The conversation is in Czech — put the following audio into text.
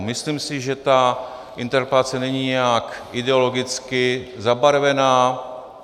Myslím si, že ta interpelace není nijak ideologicky zabarvená.